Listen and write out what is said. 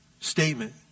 statement